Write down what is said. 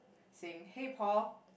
saying hey Paul